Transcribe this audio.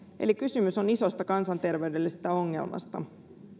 eli kysymys on isosta kansanterveydellisestä ongelmasta